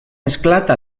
esclata